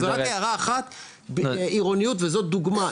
ורק הערה אחת וזו דוגמה,